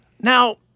Now